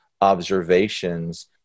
observations